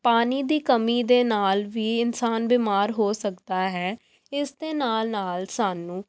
ਪਾਣੀ ਦੀ ਕਮੀ ਦੇ ਨਾਲ ਵੀ ਇਨਸਾਨ ਬਿਮਾਰ ਹੋ ਸਕਦਾ ਹੈ ਇਸ ਦੇ ਨਾਲ ਨਾਲ ਸਾਨੂੰ